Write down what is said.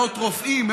מאות רופאים,